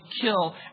kill